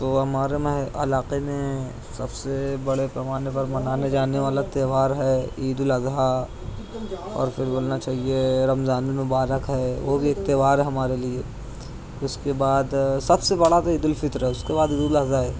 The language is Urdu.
تو ہمارے میں علاقے میں سب سے بڑے پیمانے پر منانے جانے والا تیوہار ہے عید الاضحیٰ اور پھر بولنا چاہیے رمضان المبارک ہے وہ بھی ایک تیوہار ہے ہمارے لیے اس کے بعد سب سے بڑا تو عید الفطر ہے اس کے بعد عید الاضحیٰ ہے